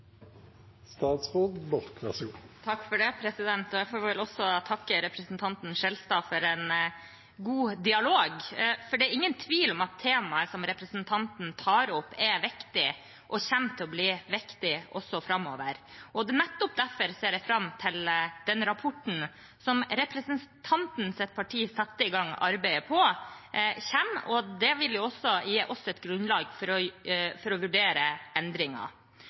temaet som representanten tar opp, er viktig og kommer til å bli viktig også framover. Nettopp derfor ser jeg fram til at den rapporten som representantens parti satte i gang arbeidet på, kommer. Den vil også gi oss et grunnlag for å vurdere endringer. Det er også viktig for meg å